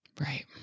Right